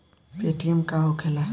Paytm का होखेला?